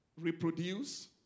Reproduce